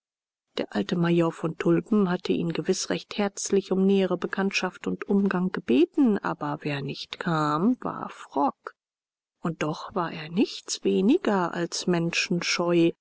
der alte major von tulpen hatte ihn gewiß recht herzlich um nähere bekanntschaft und umgang gebeten aber wer nicht kam war frock und doch war er nichts weniger als menschenscheu